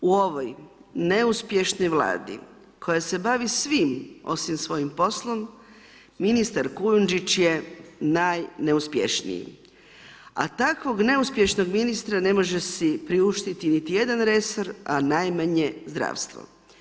U ovoj neuspješnoj Vladi koja se bavi svim osim svojim poslom ministar Kujundžić je najneuspješniji, a takvog neuspješnog ministra ne može si priuštiti niti je resor a najmanje zdravstvo.